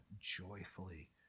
joyfully